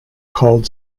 called